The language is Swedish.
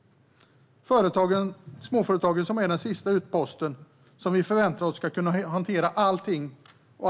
Småföretagen är den sista utposten som vi förväntar oss ska kunna hantera allt dumt vi faktiskt beslutar här.